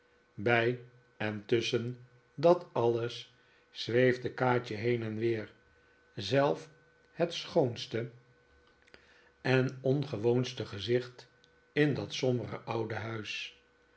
bij en tusschen dat alles zweefde kaatje heen en weer zelf het schoonste en ongewoonste gezicht in dat sombere oude huis